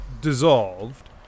dissolved